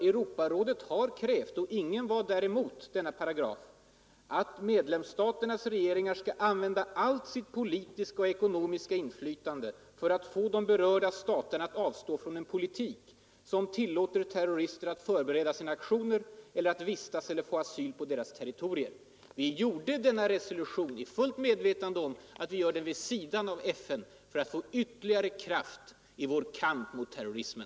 Europarådet har krävt — och ingen parlamentariker var däremot — att medlemsstaternas regeringar skall ”använda allt sitt politiska och ekonomiska inflytande för att få de berörda staterna att avstå från en politik som tillåter terrorister att förbereda sina aktioner eller att vistas eller få asyl på deras territorier”. Vi gjorde denna resolution i fullt medvetande om att insatsen görs vid sidan av FN för att få ytterligare kraft i vår kamp mot terrorismen.